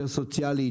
יותר סוציאלית.